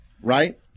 right